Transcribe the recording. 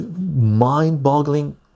mind-boggling